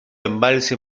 embalse